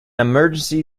emergency